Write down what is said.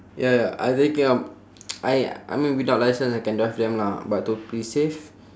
ya ya I taking up I I mean without licence I can drive them lah but to be safe